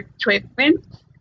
treatment